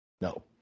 No